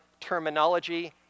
terminology